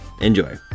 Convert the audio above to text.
Enjoy